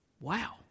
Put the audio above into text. Wow